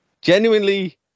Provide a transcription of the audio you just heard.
genuinely